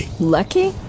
Lucky